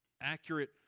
accurate